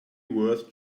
worth